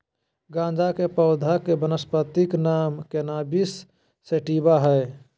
गाँजा के पौधा के वानस्पति नाम कैनाबिस सैटिवा हइ